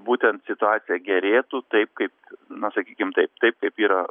būtent situacija gerėtų taip kaip na sakykim taip taip kaip yra